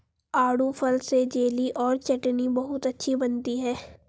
आड़ू फल से जेली और चटनी बहुत अच्छी बनती है